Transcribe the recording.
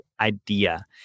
Idea